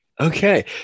Okay